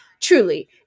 truly